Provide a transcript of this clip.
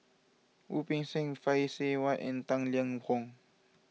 Wu Peng Seng Phay Seng Whatt and Tang Liang Hong